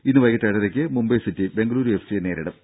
ഇന്ന് വൈകീട്ട് ഏഴരക്ക് മുംബൈ സിറ്റി ബെങ്കലൂരു എഫ്സിയെ നേരിടും